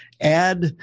add